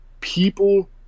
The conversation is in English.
people